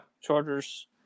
Chargers